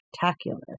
spectacular